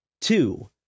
two